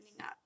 up